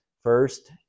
first